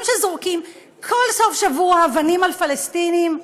שזורקים כל סוף שבוע אבנים על פלסטינים,